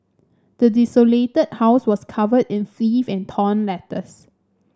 the desolated house was covered in filth and torn letters